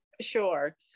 Sure